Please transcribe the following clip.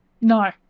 No